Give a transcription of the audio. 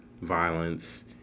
violence